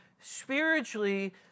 spiritually